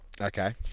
Okay